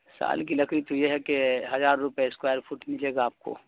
سال کی لکڑی تو یہ ہے کہ ہزار روپے اسکوائر فٹ ملیے گا آپ کو